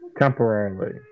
Temporarily